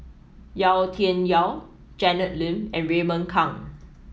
Yau Tian Yau Janet Lim and Raymond Kang